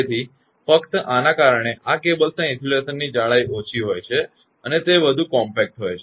તેથી ફક્ત આને કારણે આ કેબલ્સના ઇન્સ્યુલેશનની જાડાઈ ઓછી હોય છે અને તે વધુ ઘનિષ્ઠ હોય છે